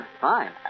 Fine